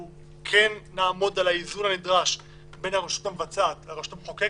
אנחנו כן נעמוד על האיזון הנדרש בין הרשות המבצעת לרשות המחוקקת.